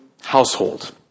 household